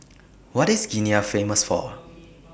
What IS Guinea Famous For